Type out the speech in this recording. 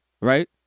right